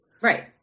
Right